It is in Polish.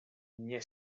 mnie